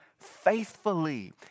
faithfully